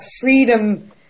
freedom